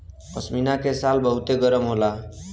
पश्मीना के शाल बहुते गरम होला